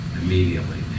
immediately